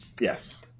Yes